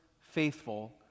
faithful